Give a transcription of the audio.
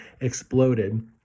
exploded